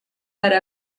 per